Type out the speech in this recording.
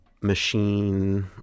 machine